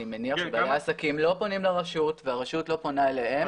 אני מניח שבעלי העסקים לא פונים לרשות והרשות לא פונה אליהם.